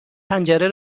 پنجره